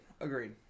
agreed